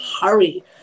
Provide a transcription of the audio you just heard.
hurry